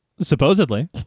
Supposedly